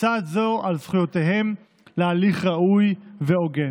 ולצד זה על זכויותיהם להליך ראוי והוגן.